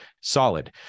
solid